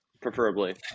preferably